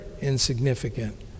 insignificant